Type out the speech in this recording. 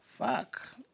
Fuck